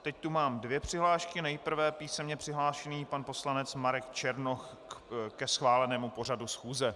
Teď tu mám dvě přihlášky, nejprve písemně přihlášený pan poslanec Marek Černoch ke schválenému pořadu schůze.